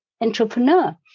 entrepreneur